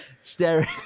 staring